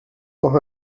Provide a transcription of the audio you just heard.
noch